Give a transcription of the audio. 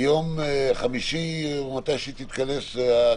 גם בקטנים יש לנו אותן.